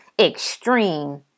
extreme